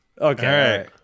okay